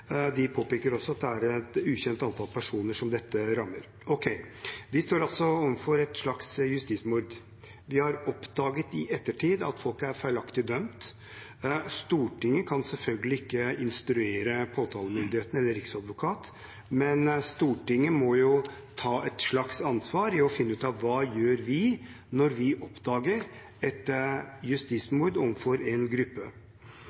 De påpeker også at det er et ukjent antall personer som dette rammer. Vi står altså overfor et slags justismord. Vi har oppdaget i ettertid at folk er feilaktig dømt. Stortinget kan selvfølgelig ikke instruere påtalemyndigheten eller Riksadvokaten, men Stortinget må jo ta et slags ansvar for å finne ut hva vi gjør når vi oppdager et justismord overfor en gruppe.